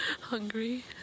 hungry